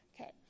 Okay